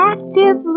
Active